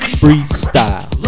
freestyle